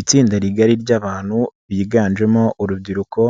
Itsinda rigari ry'abantu biganjemo urubyiruko,